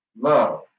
Love